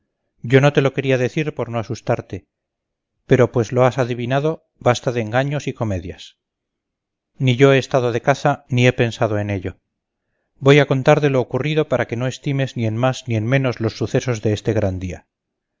yo no te lo quería decir por no asustarte pero pues lo has adivinado basta de engaños y comedias ni yo he estado de caza ni he pensado en ello voy a contarte lo ocurrido para que no estimes ni en más ni en menos los sucesos de este gran día